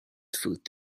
foot